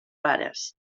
rares